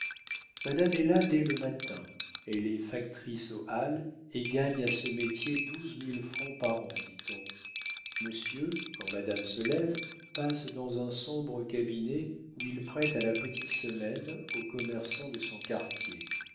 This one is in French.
madame est là dès le matin elle est factrice aux halles et gagne à ce métier douze mille francs par an dit-on monsieur quand madame se lève passe dans un sombre cabinet où il prête à la petite semaine aux commerçants de son quartier